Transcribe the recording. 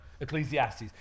Ecclesiastes